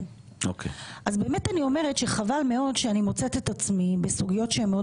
אני אומרת שחבל מאוד שאני מוצאת את עצמי בסוגיות שהן מאוד